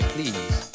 please